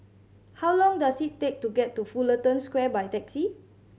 how long does it take to get to Fullerton Square by taxi